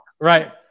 Right